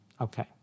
Okay